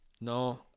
No